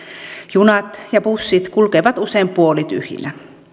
junat ja bussit kulkevat usein puolityhjinä